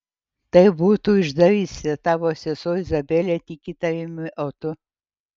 tai būtų išdavystė tavo sesuo izabelė tiki tavimi o tu